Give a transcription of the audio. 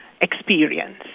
experience